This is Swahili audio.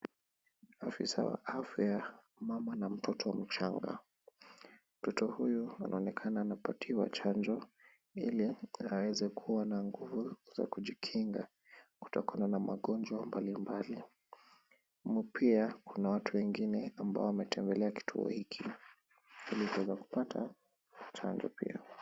Afisa wa afya, mama na mtoto mchanga. Mtoto huyu anaonekana anapatiwa chanjo ili aweze kuwa na nguvu za kujikinga kutokana na magonjwa mbalimbali. Pia kuna watu wengine ambao wametembelea kituo hiki ili kuweza kupata chanjo pia.